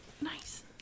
Nice